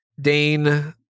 dane